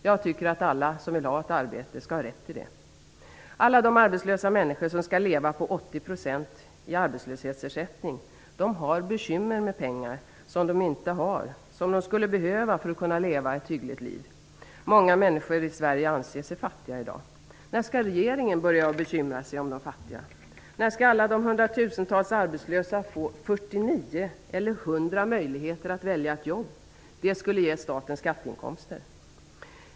Jag tycker att alla som i dag vill ha ett arbete skall ha rätt till det. Alla de arbetslösa människor som skall leva på 80 % i arbetslöshetsersättning har bekymmer med pengar som de inte har men som de skulle behöva för att kunna leva ett hyggligt liv. Många människor i Sverige anser sig fattiga i dag. När skall regeringen börja bekymra sig om de fattiga? När skall alla de hundratusentals arbetslösa få 49 eller 100 möjligheter att välja ett jobb? Det skulle ge staten skatteinkomster.